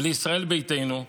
וישראל ביתנו,